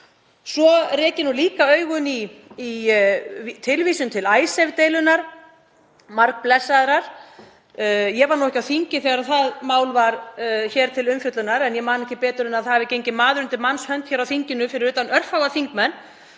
Svo rek ég líka augun í tilvísun til Icesave-deilunnar, margblessaðrar. Ég var ekki á þingi þegar það mál var til umfjöllunar en ég man ekki betur en að maður hafi gengið undir manns hönd hér á þinginu, fyrir utan örfáa þingmenn,